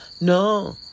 no